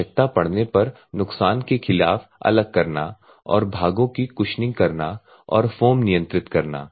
आवश्यकता पड़ने पर नुकसान के खिलाफ अलग करना और भागों की कुशनिंग करना और फोम नियंत्रित करना